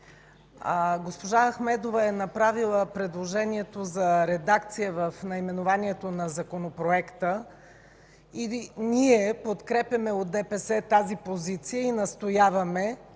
госпожа Ахмедова е направила предложението за редакция в наименованието на Законопроекта и ние подкрепяме от ДПС тази позиция и настояваме